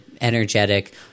energetic